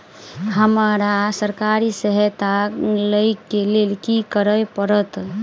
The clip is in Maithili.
हमरा सरकारी सहायता लई केँ लेल की करऽ पड़त?